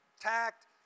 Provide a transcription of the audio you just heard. tact